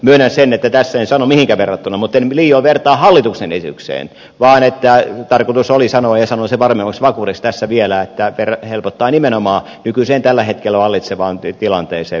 myönnän sen että tässä en sano mihinkä verrattuna mutta en liioin vertaa hallituksen esitykseen vaan tarkoitus oli sanoa ja sanon sen varmemmaksi vakuudeksi tässä vielä että helpottaa nimenomaan nykyiseen tällä hetkellä vallitsevaan tilanteeseen verrattuna